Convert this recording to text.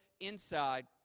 inside